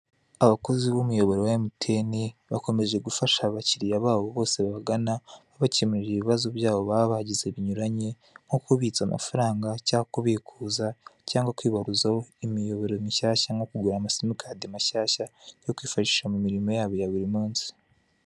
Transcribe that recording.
Abakozi b'umuyoboro wa MTN, bakomeje gufasha abakiriya babo bose babagana, bakemurira ibibazo byabo baba bagize binyuranye, nko kubitsa amafaranga cyangwa kubikuza cyangwa kwibaruzaho imiyoboro mishyashya, kugura amasimukadi mashyashya yo kwifashisha mu mirimo yabo ya buri munsi.